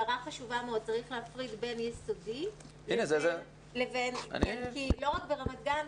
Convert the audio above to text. צריך להפריד בין יסודי לבין --- לא רק ברמת גן,